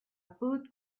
food